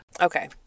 Okay